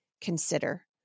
consider